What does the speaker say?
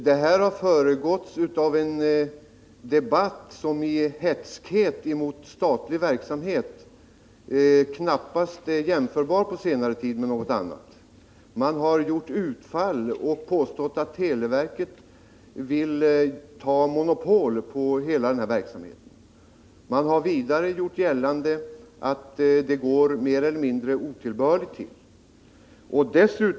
Detta ärende har föregåtts av en debatt som i hätskhet mot statlig verksamhet knappast är jämförbar med någon annan på senare tid. Man har gjort utfall och påstått att televerket vill ta monopol på hela den här verksamheten. Man har vidare gjort gällande att det går mer eller mindre otillbörligt till.